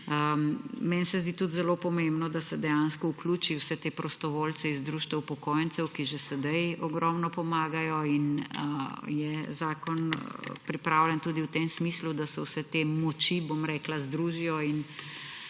Meni se zdi tudi zelo pomembno, da se dejansko vključi vse te prostovoljce iz društev upokojencev, ki že sedaj ogromno pomagajo, in je zakon pripravljen tudi v tem smislu, da se vse te moči združijo in